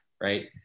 right